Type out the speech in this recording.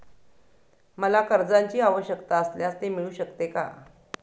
मला कर्जांची आवश्यकता असल्यास ते मिळू शकते का?